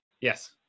Yes